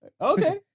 Okay